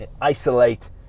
isolate